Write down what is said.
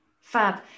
fab